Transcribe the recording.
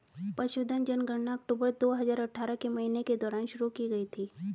पशुधन जनगणना अक्टूबर दो हजार अठारह के महीने के दौरान शुरू की गई थी